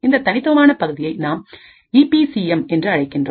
இந்த தனித்துவமான பகுதியை நாம் ஈபி சி எம் என்று அழைக்கின்றோம்